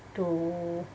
to